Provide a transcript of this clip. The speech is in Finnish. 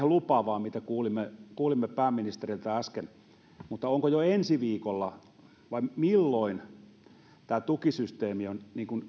lupaavaa mitä kuulimme kuulimme pääministeriltä äsken mutta sen vielä kysyisin onko jo ensi viikolla vai milloin tämä tukisysteemi